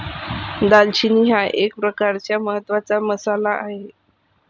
दालचिनी हा एक प्रकारचा महत्त्वाचा मसाला आहे